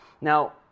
Now